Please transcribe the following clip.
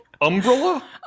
Umbrella